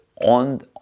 on